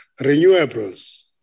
renewables